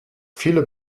viele